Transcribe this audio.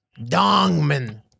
Dongman